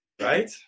Right